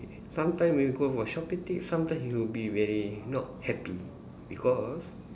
sometimes we go for shopping tip sometimes he will be very not happy because